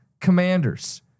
Commanders